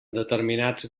determinats